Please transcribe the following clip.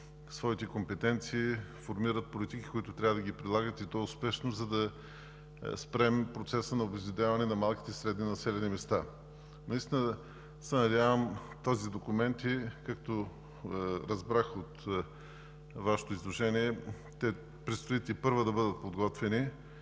своите компетенции, формират политики, които трябва да прилагат, и то успешно, за да спрем процеса на обезлюдяване на малките и средните населени места. Наистина се надявам тези документи, както разбрах от Вашето изложение, предстои тепърва да бъдат подготвени.